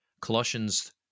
Colossians